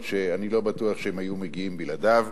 שאני לא בטוח שהם היו מגיעים אליהן בלעדיו.